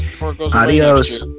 Adios